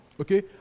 okay